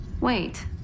Wait